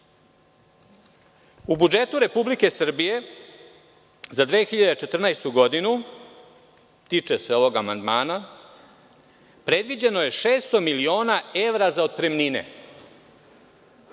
budžetu Republike Srbije za 2014. godinu, tiče se ovog amandmana, predviđeno je 600 miliona evra za otpremnine.